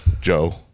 joe